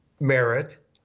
merit